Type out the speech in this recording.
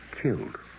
killed